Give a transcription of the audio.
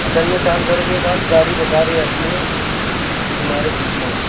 اصل میں سال بھر کے بعد گاڑی بیکار ہی رہتی ہے نا اِسی مارے پوچھ رہا ہوں